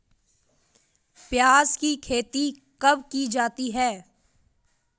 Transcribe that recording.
प्याज़ की खेती कब की जाती है?